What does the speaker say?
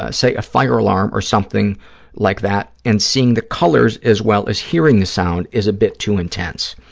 ah say, a fire alarm or something like that and seeing the colors as well as hearing the sound is a bit too intense.